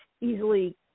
easily